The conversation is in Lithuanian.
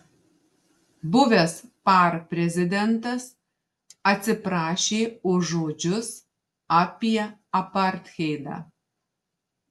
buvęs par prezidentas atsiprašė už žodžius apie apartheidą